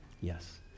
Yes